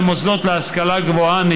ולמוסדות להשכלה גבוהה אשר שכר הלימוד בהם